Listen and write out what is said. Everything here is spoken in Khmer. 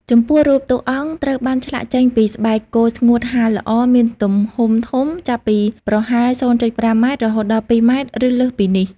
ចំពោះរូបតួអង្គត្រូវបានឆ្លាក់ចេញពីស្បែកគោស្ងួតហាលល្អ មានទំហំធំ ចាប់ពីប្រហែល ០,៥ ម៉ែត្រ រហូតដល់ ២ ម៉ែត្រ ឬលើសនេះ ។